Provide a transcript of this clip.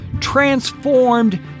transformed